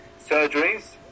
surgeries